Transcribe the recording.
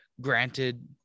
Granted